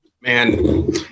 Man